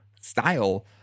style